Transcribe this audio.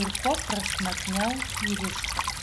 ir kuo prašmatniau įrištos